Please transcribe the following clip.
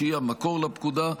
שהיא המקור לפקודה,